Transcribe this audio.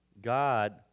God